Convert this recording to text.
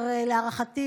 להערכתי,